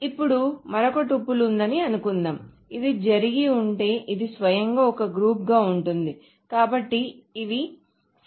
ఇప్పుడు మరొక టుపుల్ ఉందని అనుకుందాం ఇది జరిగి ఉంటే ఇది స్వయంగా ఒక గ్రూప్ గా ఉంటుంది కాబట్టి ఇవి సరళంగా ఉండేవి 3 9